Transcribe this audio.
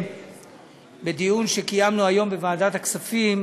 בדיון שקיימנו היום בוועדת הכספים